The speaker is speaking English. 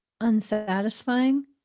unsatisfying